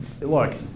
look